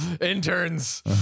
Interns